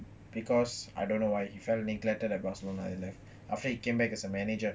because I don't know why he felt neglected at barcelona he left after he came back as a manager